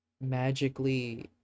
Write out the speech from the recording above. Magically